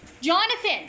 Jonathan